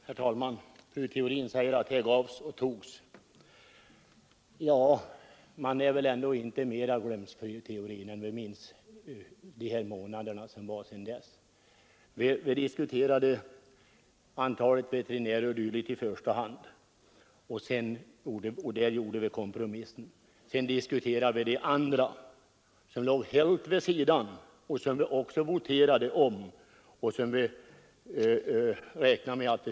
Herr talman! Fru Theorin säger att det gavs och togs. Ja, fru Theorin, men man är väl ändå inte mera glömsk än att man minns vad som skedde trots de månader som gått sedan dess. Vi diskuterade i första hand antalet veterinärer och därefter gjorde vi kompromissen. Sedan diskuterade vi det andra, som låg helt vid sidan och som vi också voterade om.